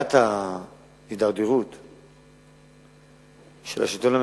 שתחילת ההידרדרות של השלטון המקומי,